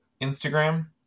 Instagram